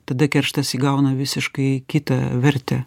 tada kerštas įgauna visiškai kitą vertę